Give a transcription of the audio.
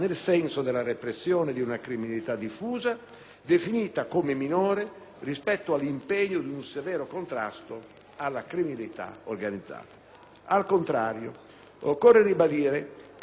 definita come minore, rispetto all'impegno di un severo contrasto alla criminalità organizzata. Al contrario, occorre ribadire che il disegno di legge rappresenta senz'altro